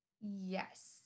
yes